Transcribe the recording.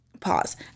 pause